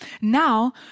Now